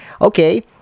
okay